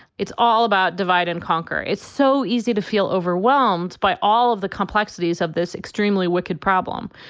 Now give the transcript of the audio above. it's all about divide and conquer. it's so easy to feel overwhelmed by all of the complexities of this extremely wicked problem.